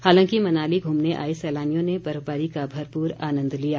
हालांकि मनाली घूमने आए सैलानियों ने बर्फबारी का भरपूर आनन्द लिया